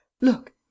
Look